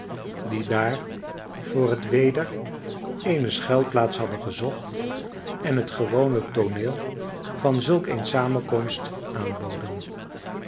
die daar voor het weder eene schuilplaats hadden gezocht en het gewone tooneel van zulk eene samenkomst aanboden